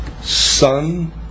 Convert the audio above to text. Son